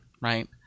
right